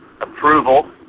approval